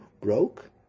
broke